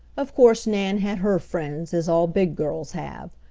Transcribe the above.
of course nan had her friends, as all big girls have,